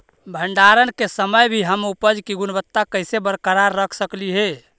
भंडारण के समय भी हम उपज की गुणवत्ता कैसे बरकरार रख सकली हे?